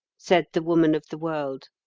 said the woman of the world.